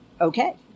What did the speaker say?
okay